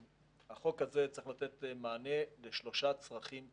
החוק הזה צריך לתת מענה לשלושה צרכים בסיסיים: